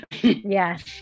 Yes